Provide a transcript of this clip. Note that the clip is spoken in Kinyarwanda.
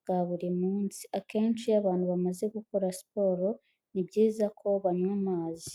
bwa buri munsi, akenshi iyo abantu bamaze gukora siporo ni byiza ko banywa amazi.